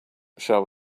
shall